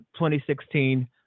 2016